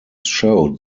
showed